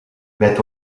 vet